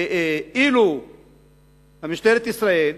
ואילו משטרת ישראל,